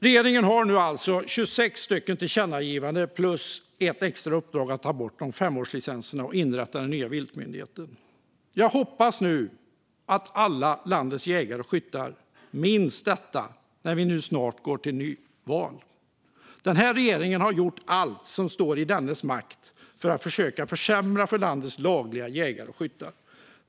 Regeringen kommer nu alltså snart att ha fått 26 tillkännagivanden, plus ett extra uppdrag att ta bort femårslicenserna och inrätta den nya viltmyndigheten. Jag hoppas att alla landets jägare och skyttar minns detta när vi nu snart går till val: Den här regeringen har gjort allt som står i dess makt för att försöka försämra för landets laglydiga jägare och skyttar.